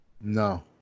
No